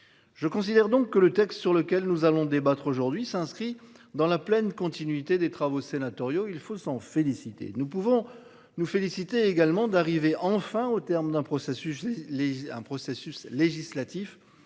Je considère donc que le texte sur lequel nous allons débattre aujourd'hui s'inscrit dans la pleine continuité des travaux sénatoriaux, il faut s'en féliciter. Nous pouvons nous féliciter également d'arriver enfin au terme d'un processus.